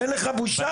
אין לך בושה?